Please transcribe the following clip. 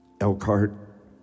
Elkhart